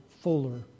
fuller